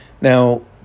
Now